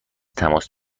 تماس